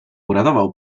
uradował